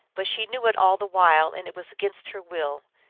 but she knew it all the while, and it was against her will.